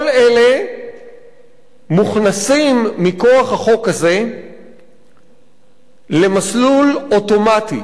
כל אלה מוכנסים מכוח החוק הזה למסלול אוטומטי